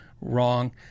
wrong